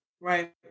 Right